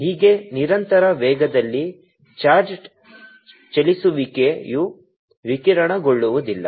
ಹೀಗೆ ನಿರಂತರ ವೇಗದಲ್ಲಿ ಚಾರ್ಜ್ಡ್ ಚಲಿಸುವಿಕೆಯು ವಿಕಿರಣಗೊಳ್ಳುವುದಿಲ್ಲ